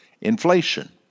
inflation